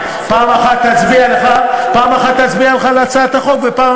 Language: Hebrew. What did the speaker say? פעם אחת תצביע לך בהצעת החוק ובפעם